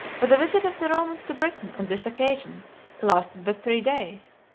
but the visit of the romans to britain on this occasion lasted but three days,